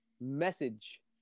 message